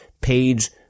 page